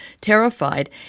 terrified